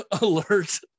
alert